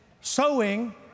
sowing